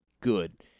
good